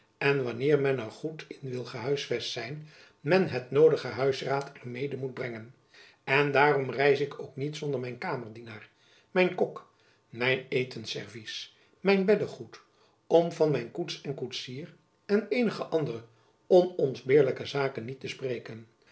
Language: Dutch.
en wanneer men er goed in wil gehuisvest zijn men het noodige huisraad er mede moet brengen en jacob van lennep elizabeth musch daarom reis ik ook niet zonder mijn kamerdienaar mijn kok mijn etens servies mijn beddegoed om van mijn koets en koetsier en eenige andere onontbeerlijke zaken niet te spreken